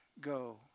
go